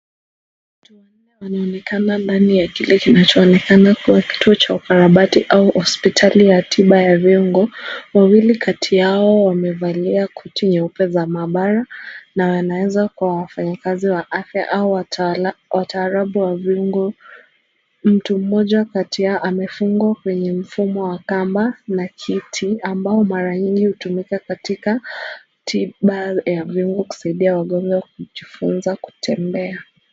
Watu wanne wanaonekana ndani ya kile kinachoonekana kuwa kituo cha ukarabati au hospitali ya tiba ya viungo, wawili kati yao wamevalia koti nyeupe za maabara na anaezakuwa wafanyikazi wa afya au wataalamu wa viungo. Mtu mmoja kati yao amefungwa kwenye mfumo wa kamba na kiti ambayo mara nyingi hutumika katika tiba ya viungo kusaidia wagonjwa kitembea.